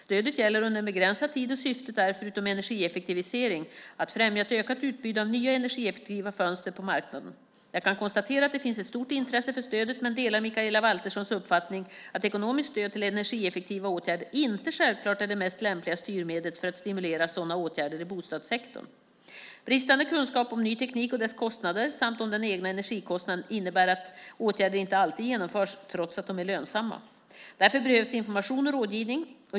Stödet gäller under en begränsad tid, och syftet är, förutom energieffektivisering, att främja ett ökat utbud av nya, energieffektiva fönster på marknaden. Jag kan konstatera att det finns ett stort intresse för stödet, men delar Mikaela Valterssons uppfattning att ekonomiskt stöd till energieffektiva åtgärder inte självklart är det mest lämpliga styrmedlet för att stimulera sådana åtgärder i bostadssektorn. Bristande kunskap om ny teknik och dess kostnader samt om den egna energikostnaden innebär att åtgärder inte alltid genomförs trots att de är lönsamma. Därför behövs information och rådgivning.